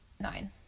nine